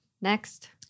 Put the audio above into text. next